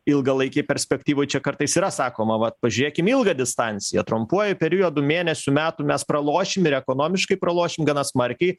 ilgalaikėj perspektyvoj čia kartais yra sakoma vat pažėkim ilgą distanciją trumpuoju periodu mėnesių metų mes pralošim ir ekonomiškai pralošim gana smarkiai